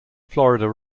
florida